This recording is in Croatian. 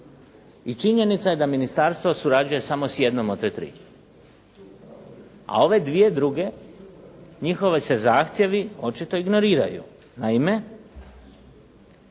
i činjenica je da ministarstvo surađuje samo s jednom od te tri. A ove dvije druge, njihovi se zahtjevi očito ignoriraju. Naime,